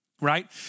Right